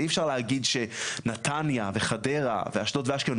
אי אפשר להגיד שנתניה וחדרה ואשדוד ואשקלון